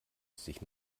sich